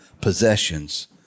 possessions